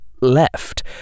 left